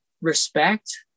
respect